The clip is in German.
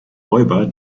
räuber